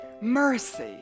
mercy